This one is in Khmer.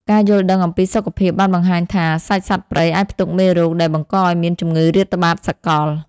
ការយល់ដឹងអំពីសុខភាពបានបង្ហាញថា សាច់សត្វព្រៃអាចផ្ទុកមេរោគដែលបង្កឱ្យមានជំងឺរាតត្បាតសកល។